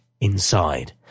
inside